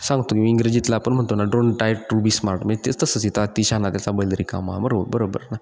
सांगतो मी इंग्रजीतला पण म्हणतो ना don't try to be smart म्हणजे ते तसंच येतं अति शहाणा त्याचा बैल रिकामा बरोबर बरोबर ना